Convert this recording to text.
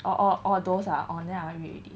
oh oh oh those ah then I read already